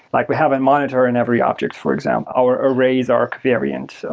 like we have a monitor in every subject, for example, our arrays, our covariant,